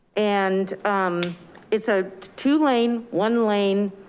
and it's a two lane, one lane